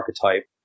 archetype